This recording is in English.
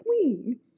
queen